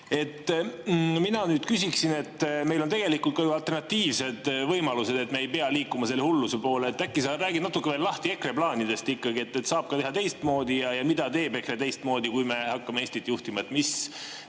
Mina nüüd küsiksin selle kohta, et meil on tegelikult ka ju alternatiivsed võimalused, me ei pea liikuma selle hulluse poole. Äkki sa räägid natuke veel lahti EKRE plaanidest, et saab ikkagi teha ka teistmoodi, ja mida teeb EKRE teistmoodi, kui me hakkame Eestit juhtima? Kuidas